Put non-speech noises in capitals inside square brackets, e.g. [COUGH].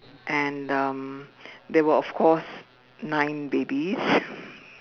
and um there were of course nine babies [BREATH]